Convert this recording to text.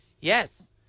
Yes